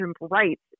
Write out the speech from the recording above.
rights